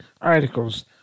articles